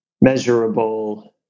measurable